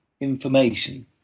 information